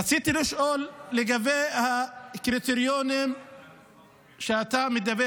רציתי לשאול על הקריטריונים שאתה מדבר